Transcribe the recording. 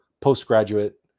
postgraduate